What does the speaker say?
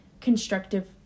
constructive